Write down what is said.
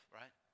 right